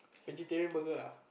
vegetarian burger ah